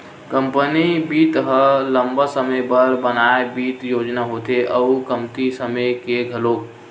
company बित्त ह लंबा समे बर बनाए बित्त योजना होथे अउ कमती समे के घलोक